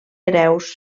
hereus